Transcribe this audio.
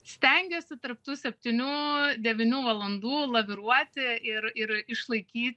stengiuosi tarp tų septynių devynių valandų laviruoti ir ir išlaikyt